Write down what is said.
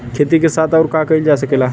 खेती के साथ अउर का कइल जा सकेला?